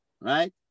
right